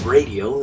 Radio